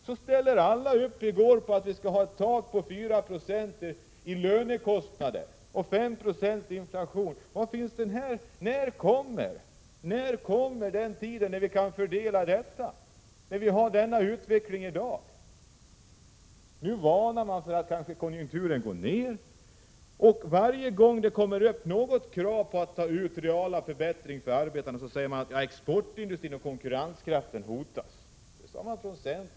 Ni ställer alla upp på ett tak på 4 96 i lönehöjningar, trots att inflationen kanske blir 5 20. När kommer den tid då vi kan få en rättvis fördelning? I dag går utvecklingen i annan riktning. Nu varnas det för en konjunkturnedgång. Varje gång det ställs krav på reala förbättringar för arbetstagarna, heter det att exportindustrin och konkurrenskraften hotas.